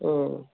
ಹ್ಞೂ